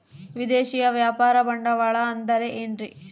ವಿದೇಶಿಯ ವ್ಯಾಪಾರ ಬಂಡವಾಳ ಅಂದರೆ ಏನ್ರಿ?